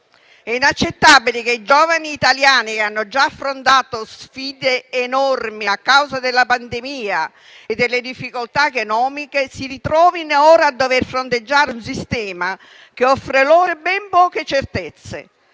È inaccettabile che i giovani italiani che hanno già affrontato sfide enormi a causa della pandemia e delle difficoltà economiche si trovino ora a dover fronteggiare un sistema che offre loro ben poche certezze.